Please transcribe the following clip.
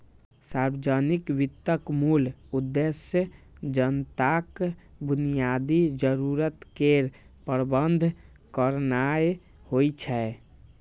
सार्वजनिक वित्तक मूल उद्देश्य जनताक बुनियादी जरूरत केर प्रबंध करनाय होइ छै